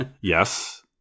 Yes